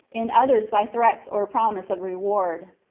in others by threats or promise of reward.